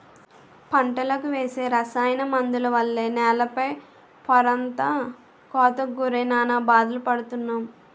పంటలకు వేసే రసాయన మందుల వల్ల నేల పై పొరంతా కోతకు గురై నానా బాధలు పడుతున్నాం